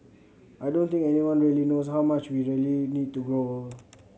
I don't think anyone really knows how much we really need to grow old